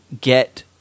get